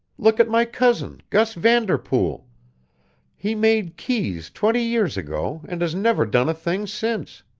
look at my cousin, gus vanderpool he made keys twenty years ago and has never done a thing since.